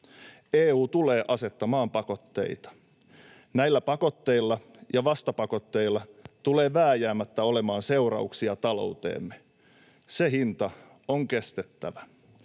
EU tulee asettamaan pakotteita. Näillä pakotteilla ja vastapakotteilla tulee vääjäämättä olemaan seurauksia talouteemme. Se hinta on kestettävä.